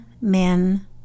men